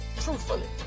truthfully